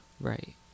Right